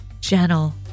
gentle